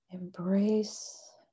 Embrace